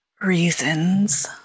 reasons